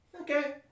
okay